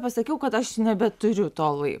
pasakiau kad aš nebeturiu to laiko